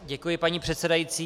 Děkuji, paní předsedající.